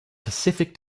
pacific